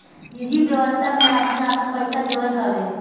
निजि व्यवस्था में आदमी आपन पइसा जोड़त हवे